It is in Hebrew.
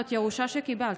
זאת ירושה שקיבלת,